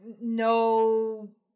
No